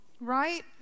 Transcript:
Right